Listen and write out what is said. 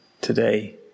today